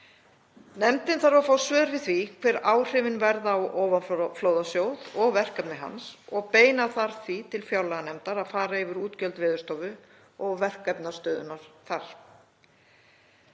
Nefndin þarf að fá svör við því hver áhrifin verða á ofanflóðasjóð og verkefni hans og beina þarf því til fjárlaganefndar að fara yfir útgjöld Veðurstofu og verkefnastöðuna þar.